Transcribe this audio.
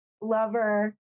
lover